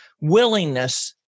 willingness